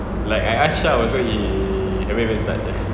like I ask shah also he haven't even start sia